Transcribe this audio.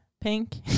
Pink